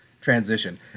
transition